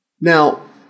Now